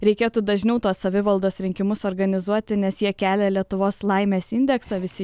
reikėtų dažniau tuos savivaldos rinkimus organizuoti nes jie kelia lietuvos laimės indeksą visi